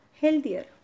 healthier